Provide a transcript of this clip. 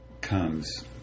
comes